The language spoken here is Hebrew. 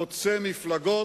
חוצה המפלגות,